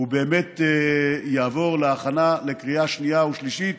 הוא באמת יעבור להכנה לקריאה שנייה ושלישית